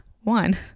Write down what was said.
one